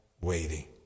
waiting